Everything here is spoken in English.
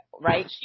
right